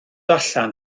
allan